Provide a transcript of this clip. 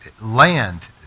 land